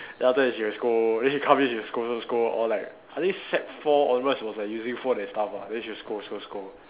then after that she will scold then she come in she will scold scold scold or like I think sec four onwards was like using phone and stuff ah then she'll scold scold scold